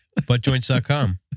Buttjoints.com